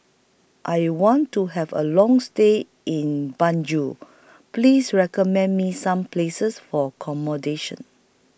I want to Have A Long stay in Banjul Please recommend Me Some Places For accommodation